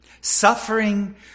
Suffering